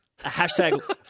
Hashtag